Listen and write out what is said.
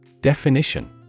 Definition